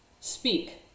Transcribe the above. speak